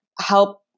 help